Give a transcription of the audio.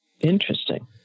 Interesting